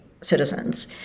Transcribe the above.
citizens